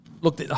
Look